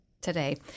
Today